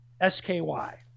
S-K-Y